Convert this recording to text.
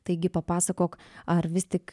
taigi papasakok ar vis tik